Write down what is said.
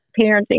parenting